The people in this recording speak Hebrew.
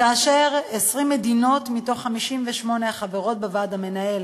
ו-26 מדינות מתוך 58 החברות בוועד המנהל